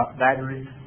batteries